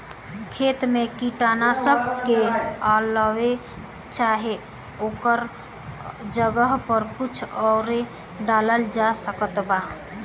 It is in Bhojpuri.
खेत मे कीटनाशक के अलावे चाहे ओकरा जगह पर कुछ आउर डालल जा सकत बा?